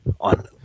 on